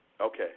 Okay